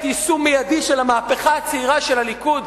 יישום מיידי של המהפכה הצעירה של הליכוד,